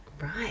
Right